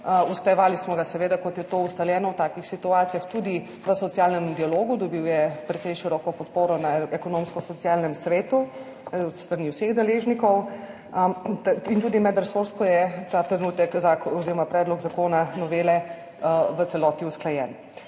Usklajevali smo ga seveda, kot je to ustaljeno v takih situacijah, tudi v socialnem dialogu, dobil je precej široko podporo na Ekonomsko-socialnem svetu s strani vseh deležnikov, in tudi medresorsko je ta trenutek predlog novele zakona v celoti usklajen.